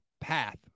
path